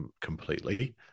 completely